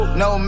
no